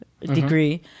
degree